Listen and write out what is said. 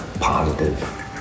Positive